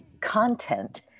content